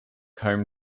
home